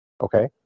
Okay